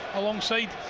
alongside